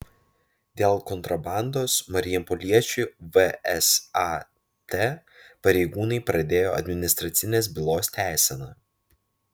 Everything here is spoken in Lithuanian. dėl kontrabandos marijampoliečiui vsat pareigūnai pradėjo administracinės bylos teiseną